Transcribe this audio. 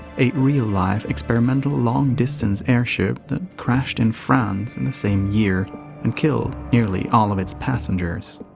a real-life experimental long-distance airship that crashed in france in the same year and killed nearly all of its passengers.